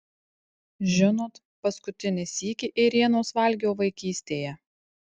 žinot paskutinį sykį ėrienos valgiau vaikystėje